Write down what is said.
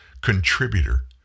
contributor